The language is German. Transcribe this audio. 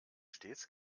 stets